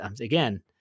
again